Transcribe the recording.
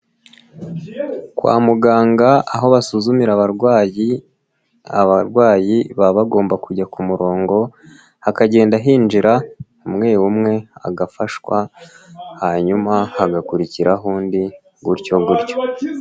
Kwa muganga aho basuzumira abarwayi, abarwayi baba bagomba kujya ku murongo hakagenda hinjira umwe umwe agafashwa hanyuma hagakurikiraho undi gutyo gutyo.